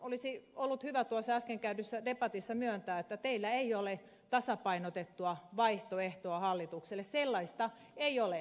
olisi ollut hyvä tuossa äsken käydyssä debatissa myöntää että teillä ei ole tasapainotettua vaihtoehtoa hallitukselle sellaista ei ole